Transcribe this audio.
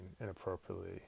inappropriately